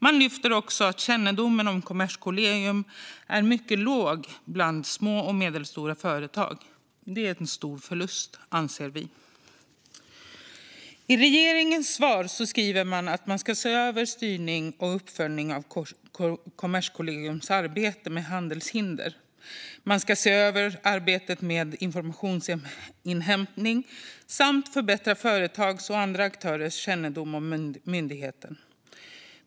De lyfter också upp att kännedomen om Kommerskollegium är mycket låg bland små och medelstora företag. Det är en stor förlust, anser vi. Regeringen skriver i sitt svar att man ska se över styrning och uppföljning av Kommerskollegiums arbete med handelshinder, se över arbetet med informationsinhämtning samt förbättra företags och andra aktörers kännedom om myndigheten.